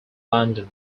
london